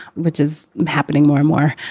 which is happening more and more,